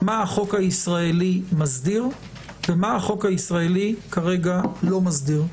מה החוק הישראלי מסדיר ומה החוק הישראלי כרגע לא מסדיר.